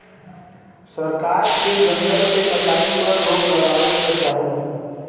सरकार के जंगल के कटाई पर रोक लगावे क चाही